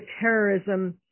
terrorism